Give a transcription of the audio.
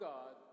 God